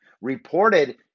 reported